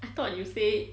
I thought you say